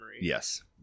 Yes